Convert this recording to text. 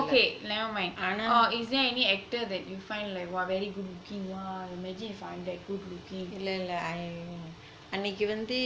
okay never mind is there any actor that you find like !wah! really good looking !wah! imagine if I'm that good looking